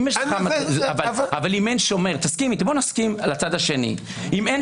אבל בוא נסכים על הצד השני: אם אין